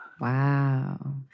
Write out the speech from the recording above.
Wow